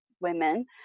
women